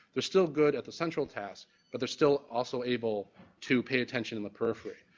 they're still good at the central task but they're still also able to pay attention in the periphery.